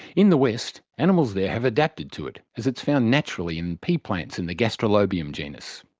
in the west, animals there have adapted to it, as it's found naturally in pea plants in the gastrolobium genus,